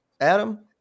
Adam